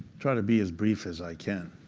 try to be as brief as i can.